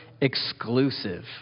exclusive